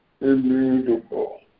immutable